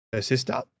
sister